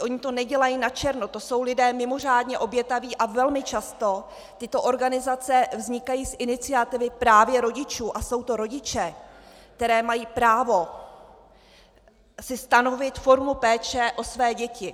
Oni to nedělají načerno, to jsou lidé mimořádně obětaví a velmi často tyto organizace vznikají z iniciativy právě rodičů a jsou to rodiče, kteří mají právo si stanovit formu péče o své děti.